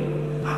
נא משפט אחרון,